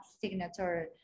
signature